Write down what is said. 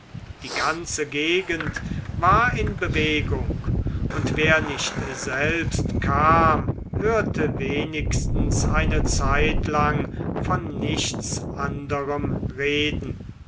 die ganze gegend war in bewegung und wer nicht selbst kam hörte wenigstens eine zeitlang von nichts anderem reden